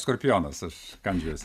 skorpionas aš kandžiojuosi